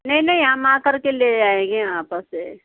नहीं नहीं हम आ करके ले आएँगे आप से